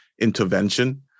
intervention